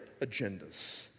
agendas